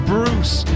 Bruce